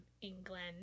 England